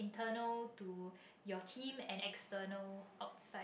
internal to your team and external outside